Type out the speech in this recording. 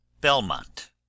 Belmont